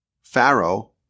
Pharaoh